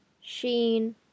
Sheen